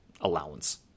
allowance